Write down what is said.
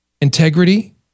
integrity